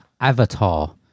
Avatar